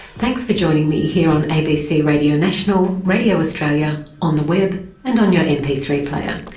thanks for joining me here on abc radio national, radio australia, on the web and on your m p three player.